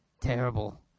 terrible